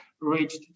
reached